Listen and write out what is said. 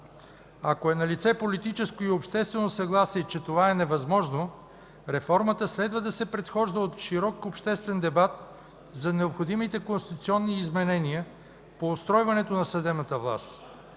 Ако е налице политическо и обществено съгласие, че това е невъзможно, реформата следва да се предхожда от широк обществен дебат за необходимите конституционни изменения по устройването на съдебната власт